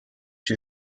she